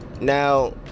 Now